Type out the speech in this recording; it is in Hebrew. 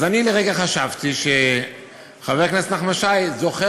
אז אני לרגע חשבתי שחבר הכנסת נחמן שי זוכר